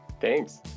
thanks